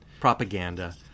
propaganda